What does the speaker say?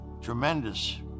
tremendous